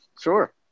sure